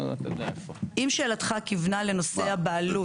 אם שאלתך כיוונה לנושא הבעלות,